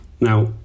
now